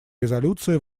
резолюции